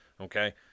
okay